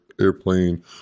airplane